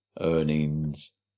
earnings